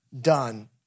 done